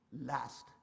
last